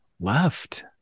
left